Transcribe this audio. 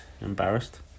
embarrassed